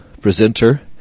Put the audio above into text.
Presenter